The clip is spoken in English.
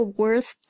worth